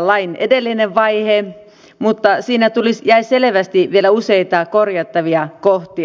lain edellisen vaiheen mutta siihen jäi selvästi vielä useita korjattavia kohtia